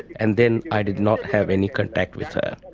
and then i did not have any contact with her.